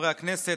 חברי הכנסת,